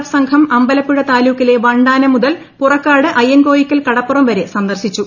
F സംഘം അമ്പലപ്പുഴ താലൂക്കിലെ വണ്ടാനം മുതൽ പുറക്കാട് അയ്യൻകോയിക്കൽ കടപ്പുറം വരെ സന്ദർശിച്ചു